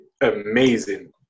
amazing